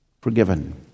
Forgiven